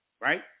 right